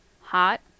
Hot